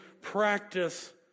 practice